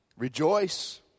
Rejoice